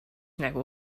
nägu